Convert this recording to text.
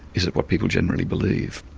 is it what people generally believe?